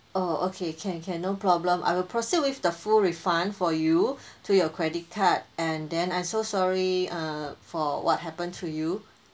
oh okay can can no problem I will proceed with the full refund for you to your credit card and then I'm so sorry err for what happened to you